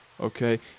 okay